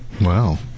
Wow